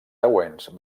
següents